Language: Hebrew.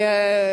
אני